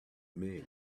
men